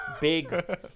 Big